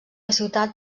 ciutat